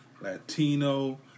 Latino